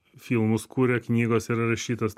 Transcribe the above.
filmus kuria knygos yra rašytos